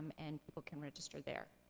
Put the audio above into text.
and people can register there.